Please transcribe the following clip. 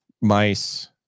Mice